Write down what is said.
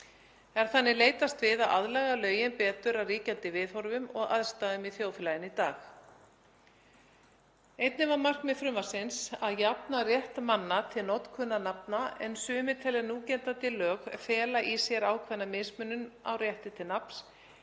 Er þannig leitast við að aðlaga lögin betur að ríkjandi viðhorfum og aðstæðum í þjóðfélaginu í dag. Einnig var markmið frumvarpsins að jafna rétt manna til notkunar nafna en sumir telja núgildandi lög fela í sér ákveðna mismunun á rétti til nafns,